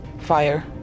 fire